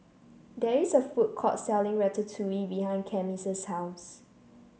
there is a food court selling Ratatouille behind Cami's house